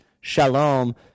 shalom